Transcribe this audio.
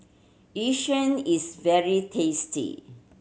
Yu Sheng is very tasty